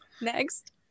next